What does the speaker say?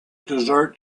dessert